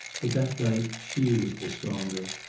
but that night she was the stronger,